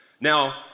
Now